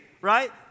right